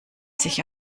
sich